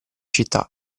città